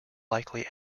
likely